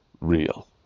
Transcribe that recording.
real